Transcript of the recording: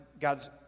God's